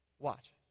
Watch